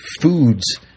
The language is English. foods